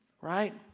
right